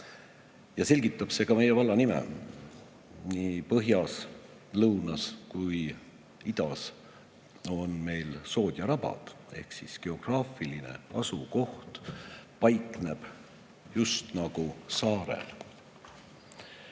See selgitab ka meie valla nime. Nii põhjas, lõunas kui idas on meil sood ja rabad ehk meie geograafiline asukoht on just nagu saarel.